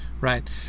right